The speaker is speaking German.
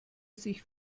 sich